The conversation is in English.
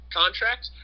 contract